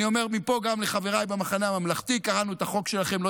אני אומר מפה גם לחבריי במחנה הממלכתי: קראנו את החוק שלכם,